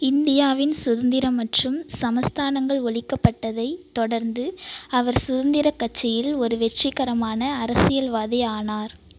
இந்தியாவின் சுதந்திரம் மற்றும் சமஸ்தானங்கள் ஒழிக்கப்பட்டதைத் தொடர்ந்து அவர் சுதந்திரக் கட்சியில் ஒரு வெற்றிகரமான அரசியல்வாதி ஆனார்